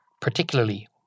particularly